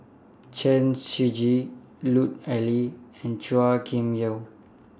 Chen Shiji Lut Ali and Chua Kim Yeow